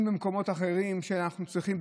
אם במקומות אחרים שאנחנו צריכים,